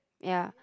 ya